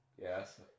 Yes